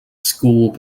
school